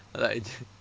like